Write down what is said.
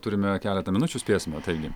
turime keletą minučių spėsime taigi